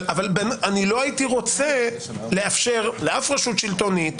אני לא הייתי רוצה לאפשר לאף רשות שלטונית,